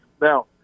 Now